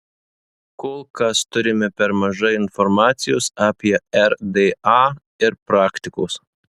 kol kas turime per mažai informacijos apie rda ir praktikos